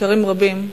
במחקרים רבים,